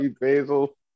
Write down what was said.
Basil